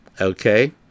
okay